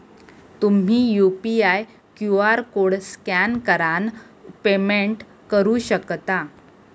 तुम्ही UPI QR code scan करान payment करू शकता